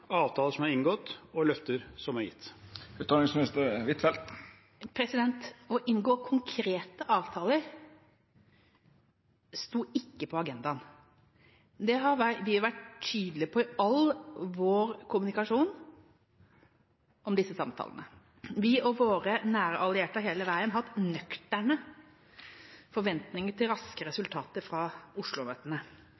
avtaler som er inngått, og løfter som har blitt gitt?» Å inngå konkrete avtaler stod ikke på agendaen. Det har vi vært tydelige på i all vår kommunikasjon om disse samtalene. Vi og våre nære allierte har hele veien hatt nøkterne forventninger til raske